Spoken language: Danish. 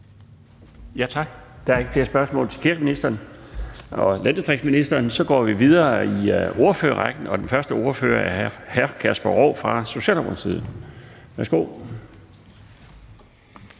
Tak. Der er ikke flere spørgsmål til ministeren for landdistrikter. Så går vi til ordførerrækken, og den første ordfører er hr. Kasper Roug fra Socialdemokratiet. Værsgo.